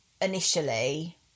initially